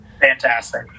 fantastic